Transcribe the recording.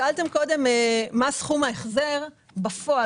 שאלתם קודם מה סכום ההחזר בפועל,